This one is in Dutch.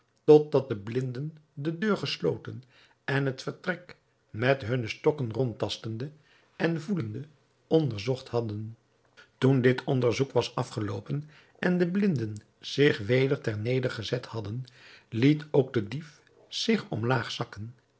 de blinden de deur gesloten en het vertrek met hunne stokken rondtastende en voelende onderzocht hadden toen dit onderzoek was afgeloopen en de blinden zich weder ter neder gezet hadden liet ook de dief zich om laag zakken